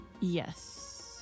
Yes